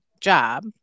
job